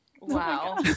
Wow